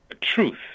truth